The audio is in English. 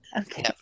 Okay